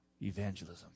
evangelism